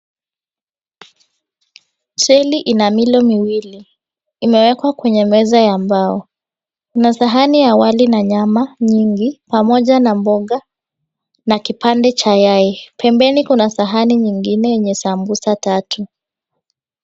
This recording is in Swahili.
Treili ina milo miwili imewekwa kwenye meza ya mbao, kuna sahani ya wali na nyama nyingi pamoja na mboga na kipande cha yai. Pembeni kuna sahani nyingine yenye sambusa tatu.